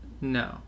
No